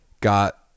got